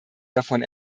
davon